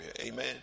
Amen